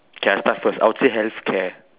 K I start first I would say healthcare